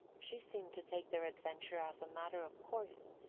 she seemed to take their adventure as a matter of course,